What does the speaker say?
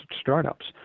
startups